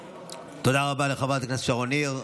תודה רבה לחברת הכנסת שרון ניר.